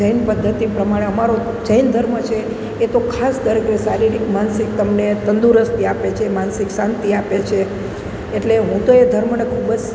જૈન પદ્ધતિ પ્રમાણે અમારો જૈન ધર્મ છે એ તો ખાસ દરેકને શારીરિક માનસિક તમને તંદુરસ્તી આપે છે માનસિક શાંતિ આપે છે એટલે હું તો એ ધર્મને ખૂબ જ